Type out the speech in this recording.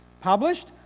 published